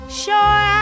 sure